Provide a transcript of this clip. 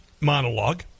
monologue